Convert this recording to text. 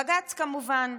בג"ץ, כמובן,